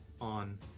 on